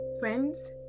friends